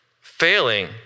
failing